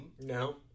No